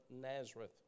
Nazareth